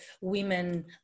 women